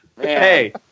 Hey